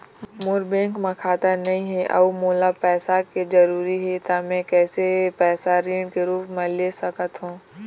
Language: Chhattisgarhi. मोर बैंक म खाता नई हे अउ मोला पैसा के जरूरी हे त मे कैसे पैसा ऋण के रूप म ले सकत हो?